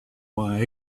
why